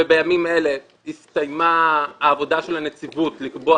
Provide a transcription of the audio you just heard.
ובימים אלה הסתיימה העבודה של הנציבות לקבוע